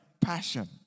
passion